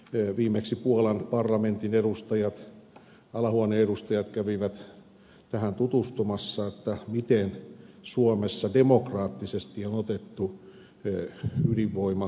siihenhän viimeksi puolan parlamentin alahuoneen edustajat kävivät täällä tutustumassa miten suomessa demokraattisesti on otettu ydinvoimaenergia käyttöön